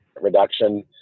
reduction